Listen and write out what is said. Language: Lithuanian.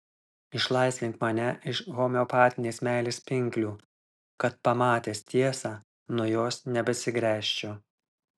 išlaisvink mane iš homeopatinės meilės pinklių kad pamatęs tiesą nuo jos nebesigręžčiau